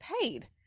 paid